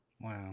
wow